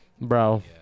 Bro